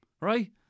right